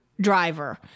driver